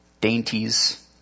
dainties